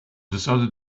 decided